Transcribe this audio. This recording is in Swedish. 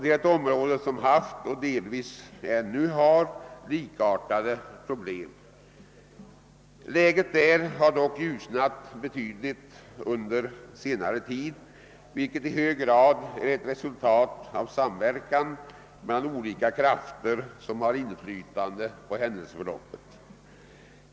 Detta område har haft och har delvis fortfarande problem som är likartade med problemen i Norrland. Läget i Dalsland har dock ljusnat betydligt under senare tid, vilket i hög grad är ett resultat av samverkan mellan olika krafter som har inflytande på händelseförloppet.